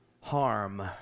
harm